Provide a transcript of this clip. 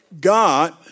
God